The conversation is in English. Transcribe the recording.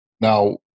now